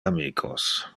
amicos